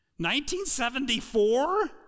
1974